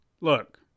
Look